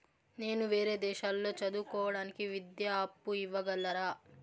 నేను వేరే దేశాల్లో చదువు కోవడానికి విద్యా అప్పు ఇవ్వగలరా?